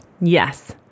Yes